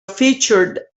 featured